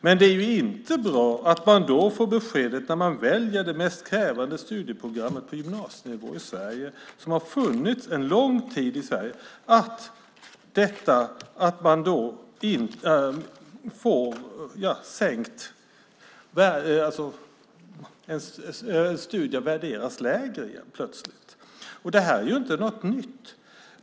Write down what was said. Men det är inte bra att när man väljer det mest krävande studieprogrammet på gymnasienivå som har funnits en lång tid i Sverige får man beskedet att ens studier helt plötsligt värderas lägre. Det här är inte något nytt.